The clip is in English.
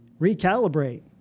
recalibrate